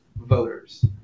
voters